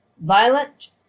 violent